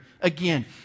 again